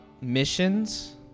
missions